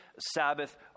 Sabbath